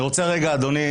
אני רוצה רגע אדוני,